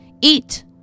Eat